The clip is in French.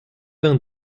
vingt